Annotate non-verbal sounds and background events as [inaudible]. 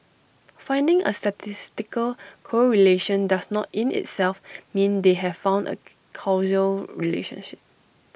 finding A statistical correlation does not in itself mean they have found A [noise] causal relationship